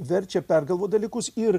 verčia pergalvot dalykus ir